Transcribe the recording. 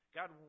God